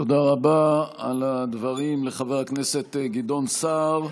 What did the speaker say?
תודה רבה על הדברים לחבר הכנסת גדעון סער.